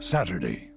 Saturday